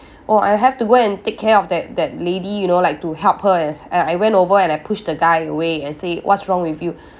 oh I have to go and take care of that that lady you know like to help her and and I went over and I pushed the guy away and say what's wrong with you